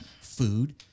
food